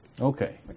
Okay